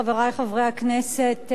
חברי חברי הכנסת,